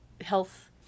health